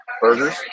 Burgers